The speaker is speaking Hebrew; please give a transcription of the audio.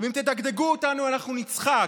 ואם תדגדגו אותנו אנחנו נצחק.